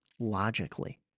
logically